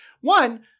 one